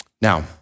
Now